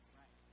right